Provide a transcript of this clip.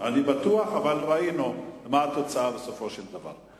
אני בטוח, אבל ראינו מה התוצאה בסופו של דבר.